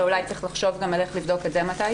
ואולי צריך לחשוב גם על איך לבדוק את זה מתישהו.